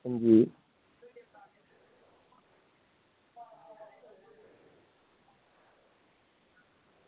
अंजी